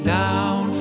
down